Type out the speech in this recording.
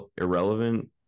irrelevant